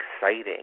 exciting